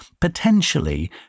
potentially